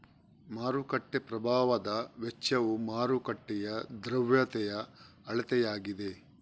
ಮಾರುಕಟ್ಟೆ ಪ್ರಭಾವದ ವೆಚ್ಚವು ಮಾರುಕಟ್ಟೆಯ ದ್ರವ್ಯತೆಯ ಅಳತೆಯಾಗಿದೆ